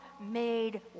made